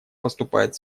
поступает